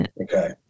okay